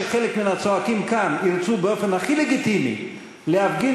כשחלק מן הצועקים כאן ירצו באופן הכי לגיטימי להפגין